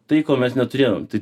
tai ko mes neturėjom tai